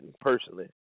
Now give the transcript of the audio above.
personally